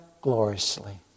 gloriously